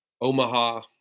Omaha